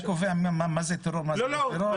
אתה קובע מה זה טרור מה זה לא טרור?